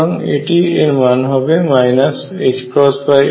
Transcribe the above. সুতরাং এটি মান হবে isinθ∂ϕ